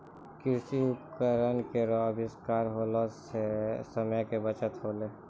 कृषि उपकरण केरो आविष्कार होला सें समय के बचत होलै